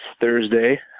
Thursday